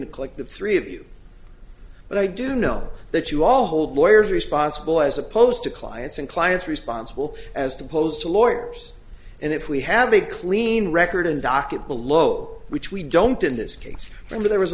collective three of you but i do know that you all hold lawyers responsible as opposed to clients and clients responsible as to opposed to lawyers and if we have a clean record and docket below which we don't in this case from there was